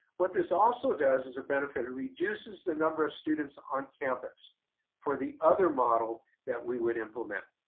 what this also does as a benefit, it reduces the number of students on campus for the other model that we would implement.